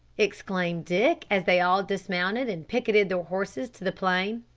exclaimed dick, as they all dismounted and picketed their horses to the plain.